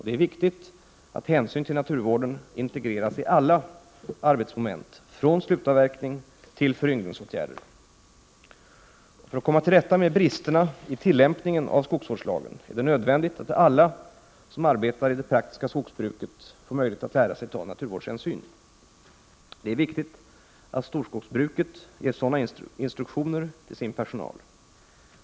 Det är viktigt att hänsyn till naturvården integreras i alla arbetsmoment, från slutavverkning till föryngringsåtgärder. För att komma till rätta med bristerna i tillämpningen av skogsvårdslagen är det nödvändigt att alla som arbetar i det praktiska skogsbruket får möjlighet att lära sig ta naturvårdshänsyn. Det är viktigt att storskogsbruket ger sådana instruktioner till sin personal.